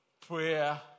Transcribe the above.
Prayer